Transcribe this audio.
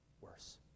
worse